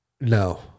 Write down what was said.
no